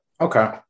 Okay